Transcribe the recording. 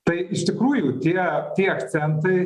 tai iš tikrųjų tie tie akcentai